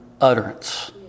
utterance